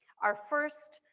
our first,